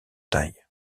taille